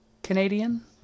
Canadian